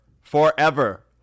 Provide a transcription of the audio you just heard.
Forever